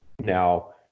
Now